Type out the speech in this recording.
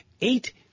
eight